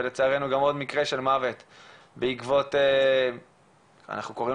ולצערנו גם עוד מקרה של מוות בעקבות מה שאנחנו קוראים